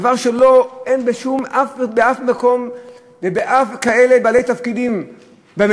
דבר שאין באף מקום של בעלי תפקידים כאלה.